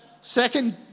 second